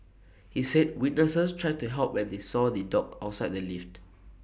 he said witnesses tried to help when they saw the dog outside the lift